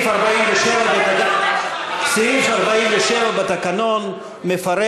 לא רלוונטי, סעיף 47 בתקנון מפרט.